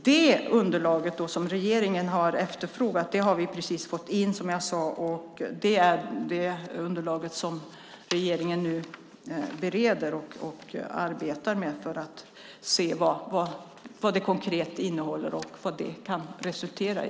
Det underlag som regeringen har efterfrågat har vi alltså nyligen fått in, och det är detta underlag som regeringen nu bereder och arbetar med. Vi får se vad det konkret innehåller och vad det kan resultera i.